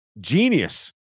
genius